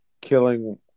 killing